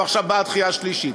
ועכשיו באה דחייה שלישית.